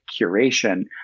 curation